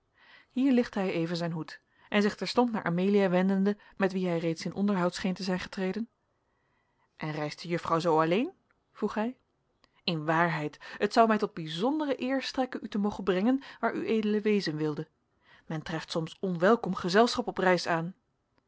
hier lichtte hij even zijn hoed en zich terstond naar amelia wendende met wie hij reeds in onderhoud scheen te zijn getreden en reist de juffrouw zoo alleen vroeg hij in waarheid het zou mij tot bijzondere eer strekken u te mogen brengen waar ued wezen wilde men treft soms onwelkom gezelschap op reis aan